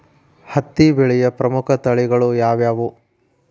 ಹತ್ತಿ ಬೆಳೆಯ ಪ್ರಮುಖ ತಳಿಗಳು ಯಾವ್ಯಾವು?